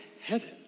heaven